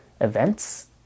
events